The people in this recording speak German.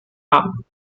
haben